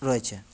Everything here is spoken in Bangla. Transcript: রয়েছে